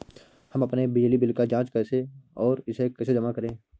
हम अपने बिजली बिल की जाँच कैसे और इसे कैसे जमा करें?